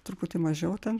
truputį mažiau ten